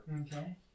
Okay